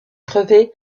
crevé